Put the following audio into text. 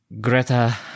Greta